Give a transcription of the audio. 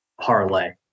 parlay